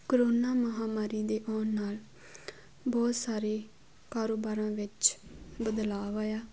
corona ਮਹਾਂ ਮਾਰੀ ਦੇ ਆਉਣ ਨਾਲ ਬਹੁਤ ਸਾਰੇ ਕਾਰੋਬਾਰਾਂ ਵਿੱਚ ਬਦਲਾਵ ਆਇਆ